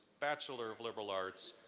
bachelor of liberal arts,